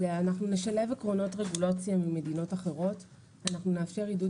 אנחנו נשלב עקרונות רגולציה ממדינות אחרות ואנחנו נאפשר עידוד